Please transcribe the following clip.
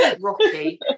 rocky